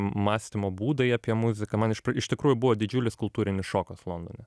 m mąstymo būdai apie muziką man iš tikrųjų buvo didžiulis kultūrinis šokas londone